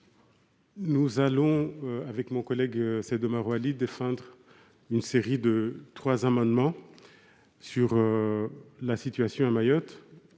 Nous allons, avec mon collègue Saïd Omar Oili, défendre trois amendements sur la situation à Mayotte.